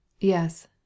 Yes